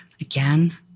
again